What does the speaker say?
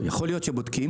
הגדולים, ששולטים בתערובת?